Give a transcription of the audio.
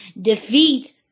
Defeat